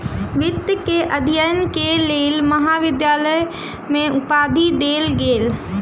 वित्त के अध्ययन के लेल महाविद्यालय में उपाधि देल गेल